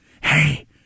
Hey